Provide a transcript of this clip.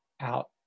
out